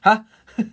!huh!